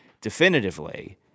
definitively